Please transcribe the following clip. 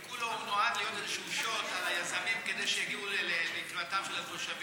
כי כולו הוא נועד להיות איזשהו שוט על היזמים כדי שיגיעו לקראת התושבים.